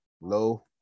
Low